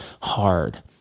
hard